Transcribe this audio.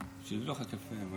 זה צלם אנוש או אדם.